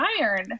iron